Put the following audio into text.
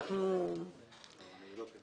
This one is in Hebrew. אני מאוד מתלבט בעניין הזה.